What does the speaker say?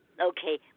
Okay